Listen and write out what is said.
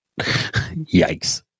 yikes